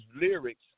lyrics